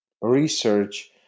research